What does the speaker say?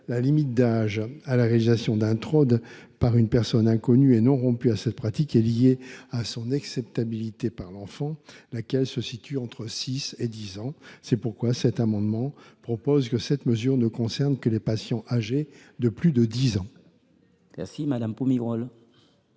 la limite d’âge à la réalisation d’un Trod par une personne inconnue et non rompue à cette pratique est liée à son acceptabilité par l’enfant, laquelle se situe entre 6 ans et 10 ans. C’est pourquoi cet amendement prévoit que cette mesure ne concernera que les patients âgés de plus de 10 ans. La parole